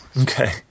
Okay